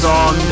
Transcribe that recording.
on